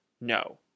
no